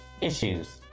issues